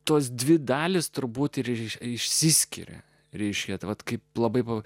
tos dvi dalys turbūt ir išsiskiria ryšėti vat kaip labai buvo